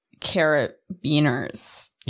Carabiners